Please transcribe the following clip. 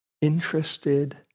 interested